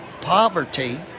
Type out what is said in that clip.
poverty